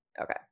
Okay